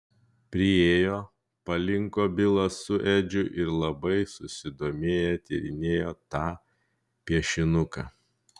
priėjo palinko bilas su edžiu ir labai susidomėję tyrinėjo tą piešinuką